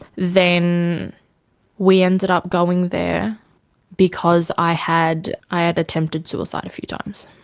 then we ended up going there because i had i had attempted suicide a few times.